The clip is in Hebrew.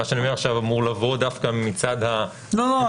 מה שאני אומר עכשיו אמור לבוא דווקא מצד הכנסת --- ברור.